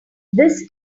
this